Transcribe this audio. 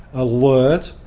alert,